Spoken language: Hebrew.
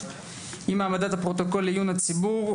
עם העמדת הפרוטוקול לעיון הציבור,